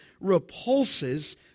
repulses